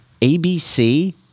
ABC